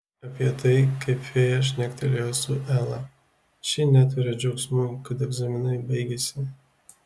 apie tai kaip fėja šnektelėjo su ela ši netveria džiaugsmu kad egzaminai baigėsi